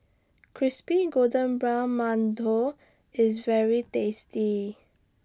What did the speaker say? Crispy Golden Brown mantou IS very tasty